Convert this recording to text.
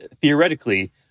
theoretically